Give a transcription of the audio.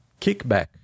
kickback